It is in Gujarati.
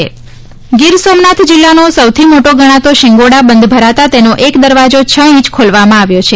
શિંગોડા ગીર સોમનાથ જિલ્લાનો સૌથી મોટો ગણાતો શિંગોડા બંધ ભરાતા તેનો એક દરવાજા છ ઇંચ ખોલવામાં આવ્યો છે